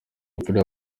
polly